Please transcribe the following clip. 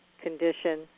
condition